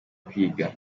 kwiga